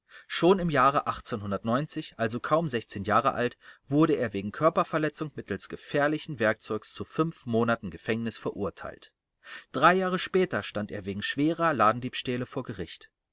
schon im jahre also kaum jahre alt wurde er wegen körperverletzung mittels gefährlichen werkzeugs zu fünf monaten gefängnis verurteilt drei jahre später stand er wegen schwerer ladendiebstähle vor gericht